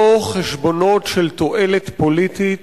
לא חשבונות של תועלת פוליטית